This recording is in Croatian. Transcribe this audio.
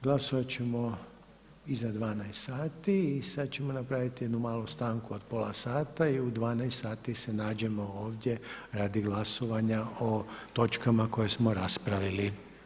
Glasovat ćemo iza 12 sati i sad ćemo napraviti jednu malu stanku od pola sata i u 12 sati se nađemo ovdje radi glasovanja o točkama koje smo raspravili.